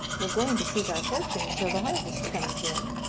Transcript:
we're going to seek our fortune till the harvest comes in,